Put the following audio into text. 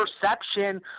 perception